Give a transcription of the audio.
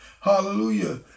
Hallelujah